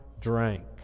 drank